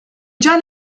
già